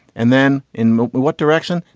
and then in what direction?